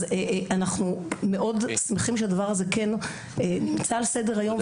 אז אנחנו מאוד שמחים שהדבר הזה כן נמצא על סדר היום,